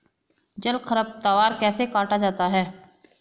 जल खरपतवार कैसे काटा जाता है?